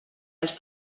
els